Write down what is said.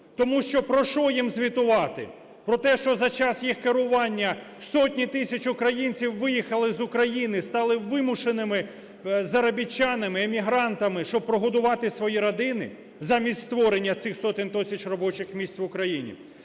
Тому що про що їм звітувати? Про те, що за час їх керування сотні тисяч українців виїхали з України, стали вимушеними заробітчанами, емігрантами, щоб прогодувати свої родини замість створення цих сотень тисяч робочих місць в Україні?